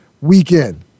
weekend